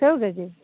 ସେଓ K G